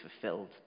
fulfilled